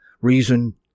Reason